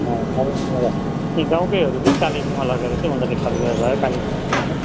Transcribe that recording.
अँ कालिम्पोङबाट यहीँ गाउँकैहरू कि कालेबुङमा लगेर चाहिँ उनीहरूले खरिद गरेर लगेर कालेबुङमा बेच्छन्